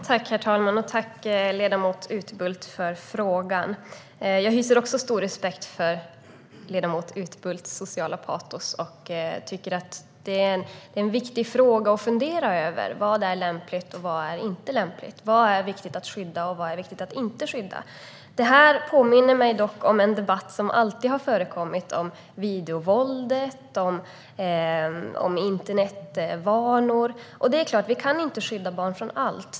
Herr talman! Tack, ledamot Utbult, för frågan! Jag hyser också stor respekt för ledamot Utbults sociala patos. Det är viktigt att fundera över vad som är lämpligt och inte lämpligt. Vad är viktigt att skydda, och vad är viktigt att inte skydda? Det här påminner mig dock om en debatt som alltid har förekommit om videovåld och om internetvanor. Vi kan inte skydda barn från allt.